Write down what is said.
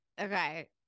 okay